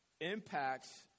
impacts